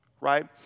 right